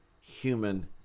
human